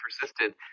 persisted